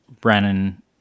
brennan